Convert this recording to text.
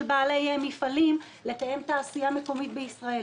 בעלי מפעלים לקיים תעשייה מקומית בישראל.